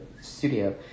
studio